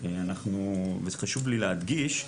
וזה חשוב לי להדגיש,